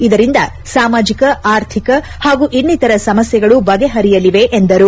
ಇದರಿಂದ ಸಾಮಾಜಿಕ ಆರ್ಥಿಕ ಹಾಗೂ ಇನ್ನಿತರ ಸಮಸ್ಥೆಗಳು ಬಗೆಹರಿಯಲಿವೆ ಎಂದರು